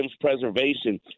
preservation